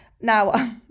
Now